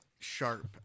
sharp